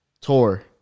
Tour